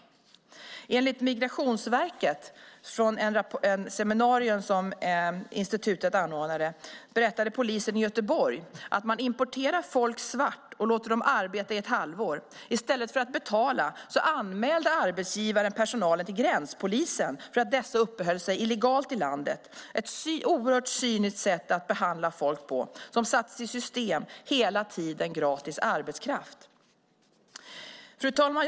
Enligt Migrationsverket berättade polisen i Göteborg vid ett seminarium som institutet anordnade att man importerar folk och låter dem arbeta svart i ett halvår. I stället för att betala anmälde arbetsgivaren personalen till gränspolisen för att de uppehöll sig illegalt i landet. Det är ett oerhört cyniskt sätt att behandla folk som har satts i system för att hela tiden ha gratis arbetskraft. Fru talman!